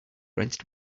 wrenched